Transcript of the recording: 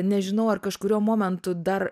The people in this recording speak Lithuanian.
nežinau ar kažkuriuo momentu dar